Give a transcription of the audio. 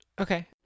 Okay